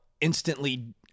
instantly